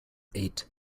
eight